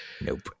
Nope